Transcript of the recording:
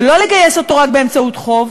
ולא לגייס אותו רק באמצעות חוב,